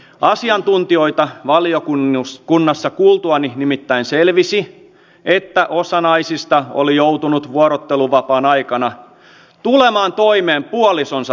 asiantuntijoita valiokunnassa kuultuani nimittäin selvisi että osa naisista oli joutunut vuorotteluvapaan aikana tulemaan toimeen puolisonsa tuloilla